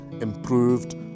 improved